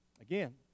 again